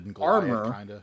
armor